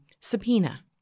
subpoena